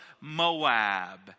Moab